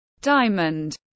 Diamond